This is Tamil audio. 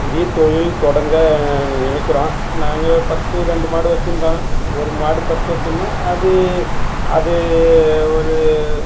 புதிய தொழில் தொடங்க நினைக்கிறோம் நாங்கள் பஸ்ட்டு ரெண்டு மாடு வெச்சுருந்தோம் ஒரு மாடு பஸ்ட்டு வெச்சிருந்தோம் அது அது ஒரு